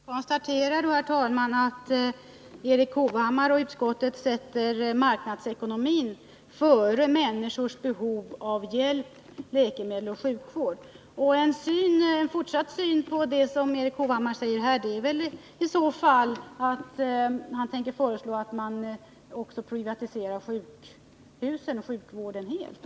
Jag konstaterar då, herr talman, att Erik Hovhammar och utskottet sätter marknadsekonomin före människors behov av hjälp, läkemedel och sjukvård. En konsekvens av det borde väl vara att Erik Hovhammar föreslår att man också privatiserar sjukhusen och sjukvården helt.